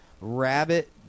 Rabbit